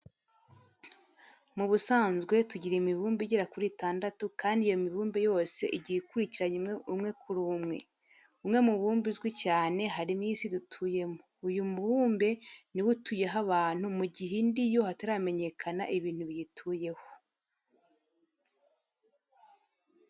Mu busanzwe tugira imibumbe igera kuri itandatu kandi iyi mibumbe yose igiye ikurikiranye umwe kuri umwe. Umwe mu mibumbe uzwi cyane harimo iyi si dutuyemo. Uyu mubumbe ni wo utuyeho abantu mu gihe indi yo hataramenyekana ibintu biyituyeho.